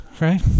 right